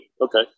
Okay